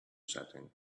setting